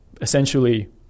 essentially